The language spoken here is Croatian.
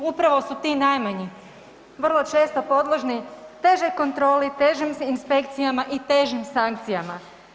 Upravo su ti najmanji vrlo često podložni težoj kontroli, težim inspekcijama i težim sankcijama.